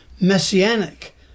messianic